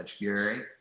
gary